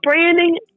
branding